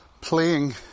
playing